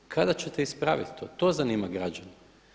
Kada ćete ispraviti to, to zanima građane.